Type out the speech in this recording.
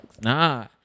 Nah